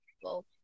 people